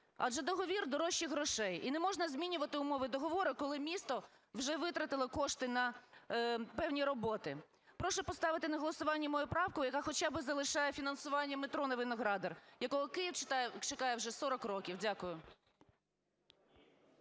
Адже договір дорожче грошей, і не можна змінювати умови договору, коли місто вже витратило кошти на певні роботи. Прошу поставити на голосування мою правку, яка хоча б залишає фінансування метро на Виноградар, якого Київ чекає вже 40 років. Дякую.